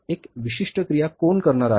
एक विशिष्ट क्रिया कोण करणार आहे